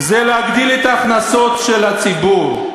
זה להגדיל את ההכנסות של הציבור.